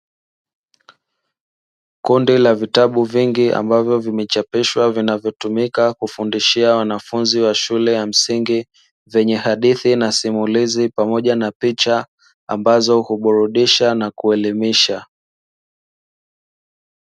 Kundi la vitabu vingi ambavyo vimechapishwa vinavyotumika kufundishia wanafunzi wa shule ya msingi zenye hadithi na simulizi pamoja na picha ambazo huburudisha na kuelimisha.